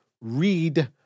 read